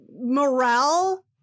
morale